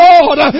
Lord